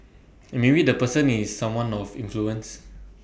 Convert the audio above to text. maybe the person is someone of influence